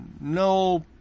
no